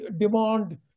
demand